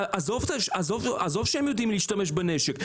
עזוב שהם יודעים להשתמש בנשק.